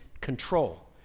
control